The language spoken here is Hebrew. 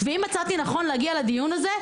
ואם מצאתי לנכון להגיע לדיון הזה,